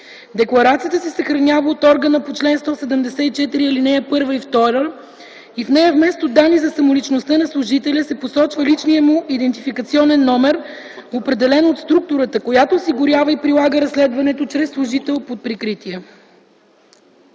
Декларацията се съхранява от органа по чл. 174, ал. 1 и 2, и в нея вместо данни за самоличността на служителя се посочва личният му идентификационен номер, определен от структурата, която осигурява и прилага разследването чрез служител под прикритие.”